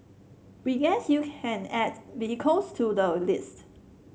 we guess you can add vehicles to the list